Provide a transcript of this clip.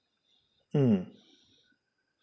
mm